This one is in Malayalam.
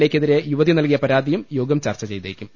എ ക്കെതിരെ യുവതി നൽകിയ പരാതിയും യോഗം ചർച്ച ചെയ്തേക്കും